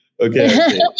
okay